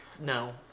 No